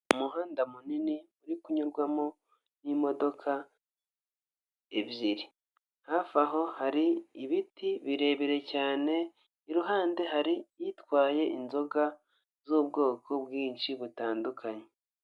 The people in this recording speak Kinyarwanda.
Umuhanda munini uri kunyurwamo n'imodoka ebyiri. Hafi aho hari ibiti birebire cyane, iruhande hari itwaye inzoga z'ubwoko bwinshi butandukanye.